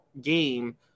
game